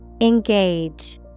Engage